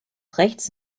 rechts